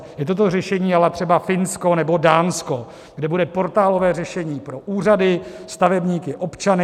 Je to to řešení à la třeba Finsko nebo Dánsko, kde bude portálové řešení pro úřady, stavebníky, občany.